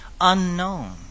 unknown